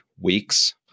weeks